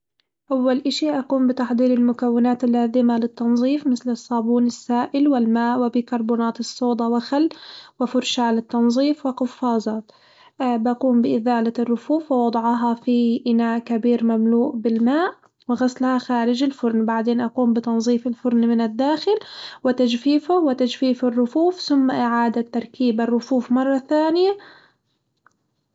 أول إشي أقوم بتحضير المكونات اللازمة للتنظيف، مثل الصابون السائل والماء وبيكربونات الصودا وخل وفرشاة للتنظيف وقفازات، بقوم بإزالة الرفوف ووضعها في إناء كبير مملوء بالماء وغسلها خارج الفرن بعدين أقوم بتنظيف الفرن من الداخل وتجفيفه وتجفيف الرفوف ثم إعادة تركيب الرفوف مرة ثانية.